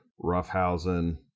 roughhousing